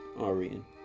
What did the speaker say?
Arian